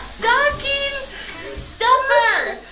stocking stuffer.